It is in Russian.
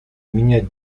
менять